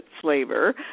flavor